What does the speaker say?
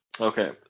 okay